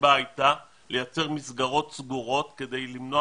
הסיבה הייתה לייצר מסגרות סגורות כדי למנוע